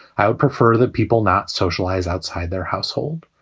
i would prefer that people not socialize outside their household.